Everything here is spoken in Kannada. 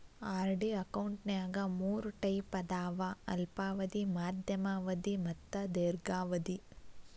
ಆರ್.ಡಿ ಅಕೌಂಟ್ನ್ಯಾಗ ಮೂರ್ ಟೈಪ್ ಅದಾವ ಅಲ್ಪಾವಧಿ ಮಾಧ್ಯಮ ಅವಧಿ ಮತ್ತ ದೇರ್ಘಾವಧಿ